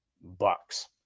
Bucks